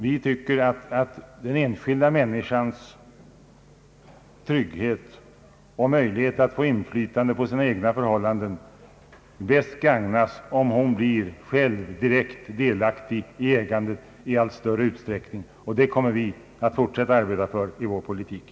Vi anser att den enskilda människans trygghet och hennes möjligheter att få inflytande över sina egna förhållanden bäst gagnas om hon själv blir direkt delaktig i ägandet i allt större utsträckning. Det kommer vi att fortsätta att arbeta för i vår politik.